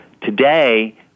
Today